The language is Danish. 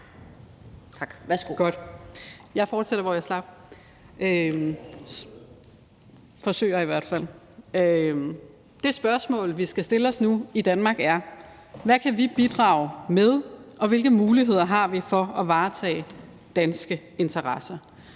Jeg fortsætter, hvor jeg slap; det forsøger jeg i hvert fald. Det spørgsmål, vi skal stille os nu i Danmark er: Hvad kan vi bidrage med, og hvilke muligheder har vi for at varetage danske interesser?